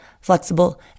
flexible